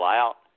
out